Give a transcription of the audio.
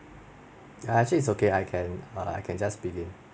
actually it's okay I can uh I can just begin